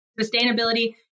sustainability